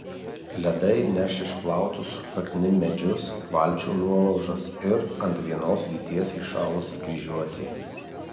ledai neš išplautus su šaknim medžius valčių nuolaužas ir ant vienos lyties įšalusį kryžiuotį